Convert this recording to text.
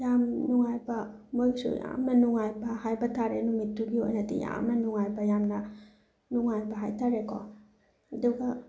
ꯌꯥꯝ ꯅꯨꯡꯉꯥꯏꯕ ꯃꯣꯏꯒꯤꯁꯨ ꯌꯥꯝꯅ ꯅꯨꯡꯉꯥꯏꯕ ꯍꯥꯏꯕꯇꯥꯔꯦ ꯅꯨꯃꯤꯠꯇꯨꯒꯤ ꯑꯣꯏꯅꯗꯤ ꯌꯥꯝꯅ ꯅꯨꯡꯉꯥꯏꯕ ꯌꯥꯝꯅ ꯅꯨꯡꯉꯥꯏꯕ ꯍꯥꯏꯇꯥꯔꯦꯀꯣ ꯑꯗꯨꯒ